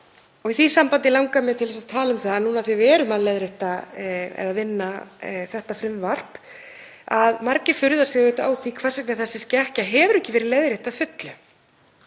Í því sambandi langar mig að tala um það, núna þegar við erum að leiðrétta eða vinna þetta frumvarp, að margir furða sig á því hvers vegna þessi skekkja hefur ekki verið leiðrétt að fullu.